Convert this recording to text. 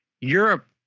Europe